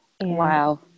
Wow